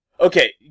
Okay